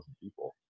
people